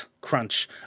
crunch